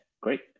great